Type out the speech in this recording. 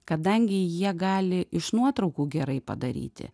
kadangi jie gali iš nuotraukų gerai padaryti